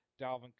Dalvin